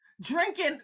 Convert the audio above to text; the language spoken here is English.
drinking